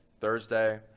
Thursday